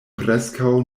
preskaŭ